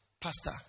pastor